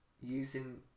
using